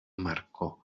marcó